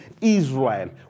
Israel